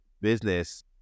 business